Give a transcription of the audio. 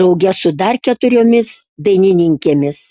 drauge su dar keturiomis dainininkėmis